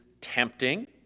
tempting